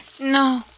No